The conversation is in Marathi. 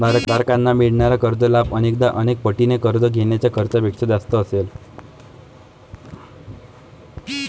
धारकांना मिळणारा कर लाभ अनेकदा अनेक पटीने कर्ज घेण्याच्या खर्चापेक्षा जास्त असेल